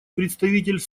представитель